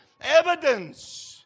evidence